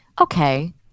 Okay